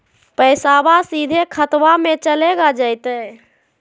पैसाबा सीधे खतबा मे चलेगा जयते?